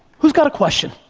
who's got a question?